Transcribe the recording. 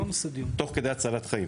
תוך כדי הצלת חיים,